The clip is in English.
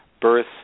birth